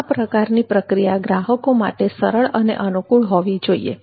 આ પ્રકારની પ્રક્રિયા ગ્રાહકો માટે સરળ અને અનુકૂળ હોવી જોઈએ